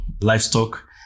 livestock